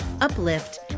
uplift